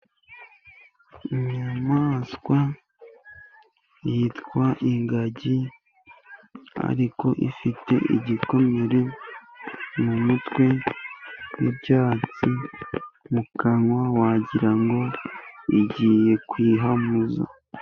Inyamanswa yitwa ingagi, ariko ifite igikomere mu mutwe n'ibyatsi mu kanwa, wagira ngo igiye kwihamuza.